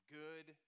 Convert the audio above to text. good